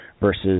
versus